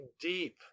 deep